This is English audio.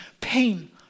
pain